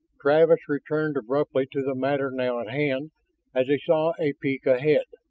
travis returned abruptly to the matter now at hand as he saw a peak ahead.